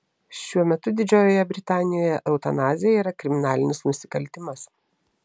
šiuo metu didžiojoje britanijoje eutanazija yra kriminalinis nusikaltimas